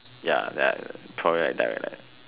ya then I probably like direct right